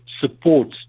supports